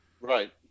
Right